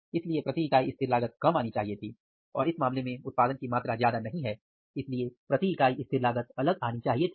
इसलिए प्रति इकाई स्थिर लागत कम आनी चाहिए थी और इस मामले में उत्पादन की मात्रा ज्यादा नहीं है इसीलिए प्रति इकाई स्थिर लागत अलग आनी चाहिए थी